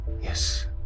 Yes